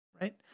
right